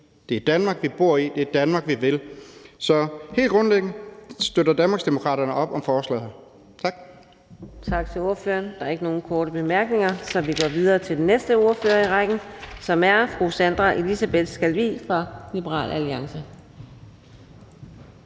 Det er Danmark, vi bor i; det er Danmark, vi vil. Så helt grundlæggende støtter Danmarksdemokraterne op om forslaget. Tak.